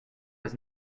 was